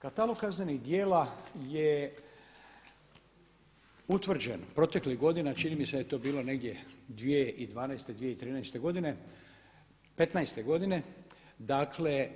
Katalog kaznenih djela je utvrđen proteklih godina, čini mi se da je to bilo negdje 2012., 2013. godine, 2015. godine, dakle